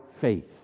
faith